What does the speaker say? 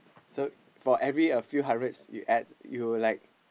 so for every a few hundreds you add you like